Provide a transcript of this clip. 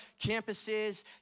campuses